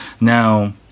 Now